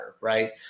Right